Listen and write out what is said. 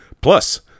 Plus